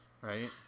Right